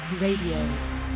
Radio